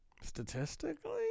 Statistically